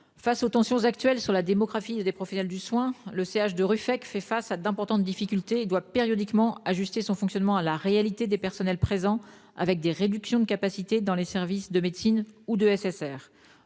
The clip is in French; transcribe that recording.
face aux tensions actuelles sur la démographie des professionnels du soin, le centre hospitalier de Ruffec fait face à d'importantes difficultés et doit périodiquement ajuster son fonctionnement à la réalité des personnels présents, avec des réductions de capacités dans les services de médecine ou de